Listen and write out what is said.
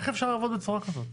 איך אפשר לעבוד בצורה כזאת,